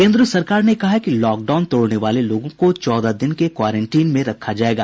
केंद्र सरकार ने कहा है कि लॉकडाउन तोड़ने वाले लोगों को चौदह दिन के क्वारेंटीन में रखा जायेगा